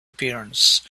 appearance